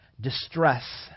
Distress